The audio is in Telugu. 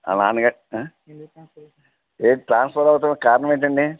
వాళ్ళ నాన్నగా ఏంటి ట్రాన్సఫర్ అవ్వటానికి కారణం ఏంటండి